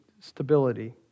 stability